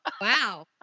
Wow